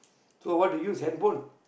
so want to use handphone